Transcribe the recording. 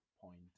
point